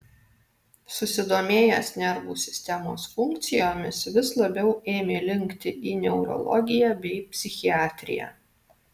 susidomėjęs nervų sistemos funkcijomis vis labiau ėmė linkti į neurologiją bei psichiatriją